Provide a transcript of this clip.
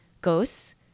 Ghosts